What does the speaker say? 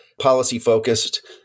policy-focused